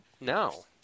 No